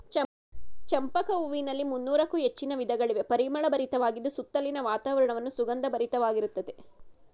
ಚಂಪಕ ಹೂವಿನಲ್ಲಿ ಮುನ್ನೋರಕ್ಕು ಹೆಚ್ಚಿನ ವಿಧಗಳಿವೆ, ಪರಿಮಳ ಭರಿತವಾಗಿದ್ದು ಸುತ್ತಲಿನ ವಾತಾವರಣವನ್ನು ಸುಗಂಧ ಭರಿತವಾಗಿರುತ್ತದೆ